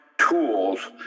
tools